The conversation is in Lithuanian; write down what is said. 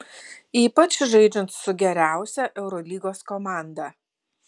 ypač žaidžiant su geriausia eurolygos komanda